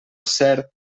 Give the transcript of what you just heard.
cert